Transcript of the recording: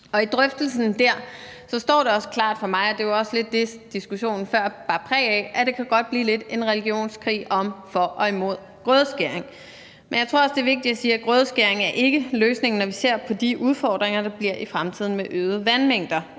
den drøftelse står det også meget klart for mig, og det var også lidt det, som diskussionen før bag præg af, at det godt kan blive lidt en religionskrig om for eller imod grødeskæring, men jeg tror også, det er vigtigt at sige, at grødeskæring ikke er løsningen, når vi ser på de udfordringer, der bliver i fremtiden med øgede vandmængder